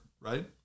right